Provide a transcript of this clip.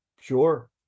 Sure